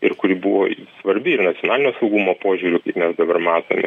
ir kuri buvo svarbi ir nacionalinio saugumo požiūriu mes dabar matome